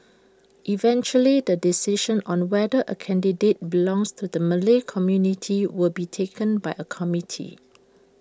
eventually the decision on whether A candidate belongs to the Malay community will be taken by A committee